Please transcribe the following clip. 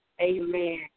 amen